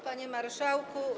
Panie Marszałku!